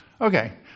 Okay